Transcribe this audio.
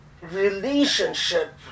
relationship